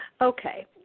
Okay